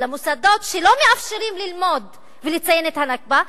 למוסדות שלא מאפשרים ללמוד ולציין את ה"נכבה",